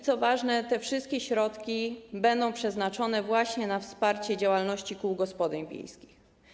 Co ważne, te wszystkie środki będą przeznaczone właśnie na wsparcie działalności kół gospodyń wiejskich.